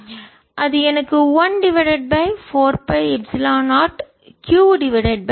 எனவே அது எனக்கு 1 divided by 4 by epsilon 0 q divided by v 2